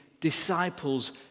disciples